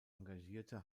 engagierte